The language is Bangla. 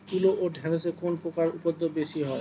তুলো ও ঢেঁড়সে কোন পোকার উপদ্রব বেশি হয়?